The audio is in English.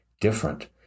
different